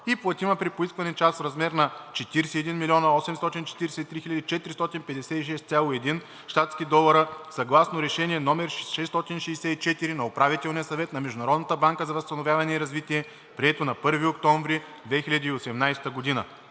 и платима при поискване част в размер на 41 843 456,10 щатски долара, съгласно Решение № 664 на Управителния съвет на Международната банка за възстановяване и развитие, прието на 1 октомври 2018 г.